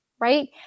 right